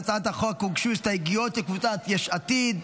להצעת החוק הוגשו הסתייגויות של קבוצת יש עתיד,